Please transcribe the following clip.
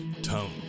Tone